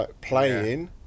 playing